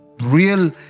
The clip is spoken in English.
real